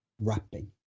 wrapping